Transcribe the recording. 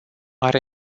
are